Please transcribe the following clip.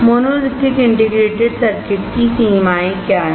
monolithic integrated circuit की सीमाएं क्या हैं